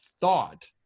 thought